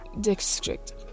district